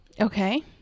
Okay